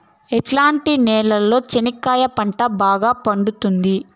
ఎట్లాంటి నేలలో చెనక్కాయ పంట బాగా పండుతుంది?